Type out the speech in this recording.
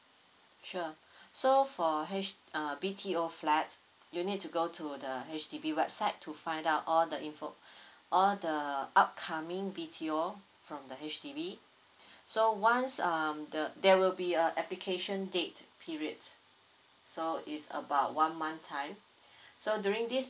sure so for H uh B_T_O flats you need to go to the H_D_B website to find out all the info all the upcoming BTO from the H_D_B so once um the there will be a application date periods so it's about one month time so during this